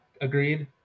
agreed